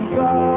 go